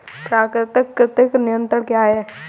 प्राकृतिक कृंतक नियंत्रण क्या है?